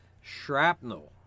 shrapnel